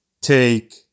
take